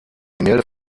gemälde